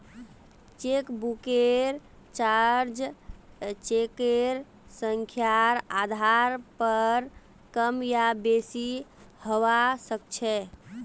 चेकबुकेर चार्ज चेकेर संख्यार आधार पर कम या बेसि हवा सक्छे